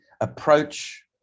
approach